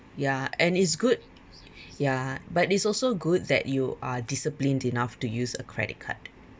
ya and it's good ya but it's also good that you are disciplined enough to use a credit card